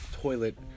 toilet